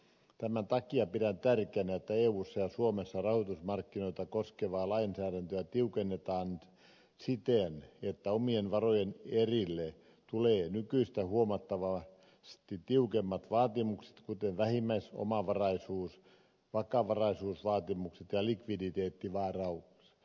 tämän takia pidän tärkeänä että eussa ja suomessa rahoitusmarkkinoita koskevaa lainsäädäntöä tiukennetaan siten että omien varojen erille tulee nykyistä huomattavasti tiukemmat vaatimukset kuten vähimmäisomavaraisuus vakavaraisuus ja likviditeettivaatimukset